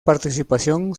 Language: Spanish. participación